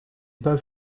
pas